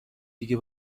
دیگه